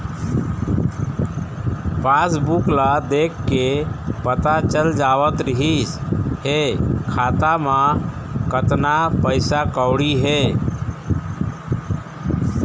passbook ल देखके पता चल जावत रिहिस हे खाता म कतना पइसा कउड़ी हे